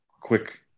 quick